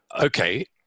okay